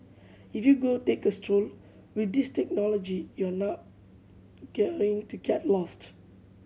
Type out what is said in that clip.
if you go take a stroll with this technology you're not going to get lost